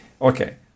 okay